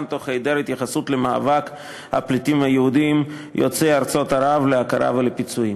בהיעדר התייחסות למאבק הפליטים היהודים יוצאי ארצות ערב להכרה ולפיצויים.